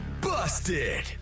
busted